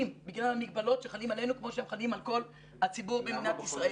בגלל המגבלות שחלים עלינו כמו שהם חלים על כל הציבור במדינת ישראל.